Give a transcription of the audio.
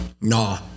Nah